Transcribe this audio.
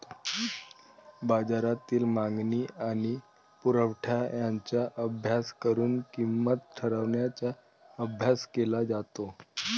बाजारातील मागणी आणि पुरवठा यांचा अभ्यास करून किंमत ठरवण्याचा अभ्यास केला जातो